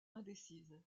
indécise